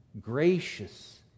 gracious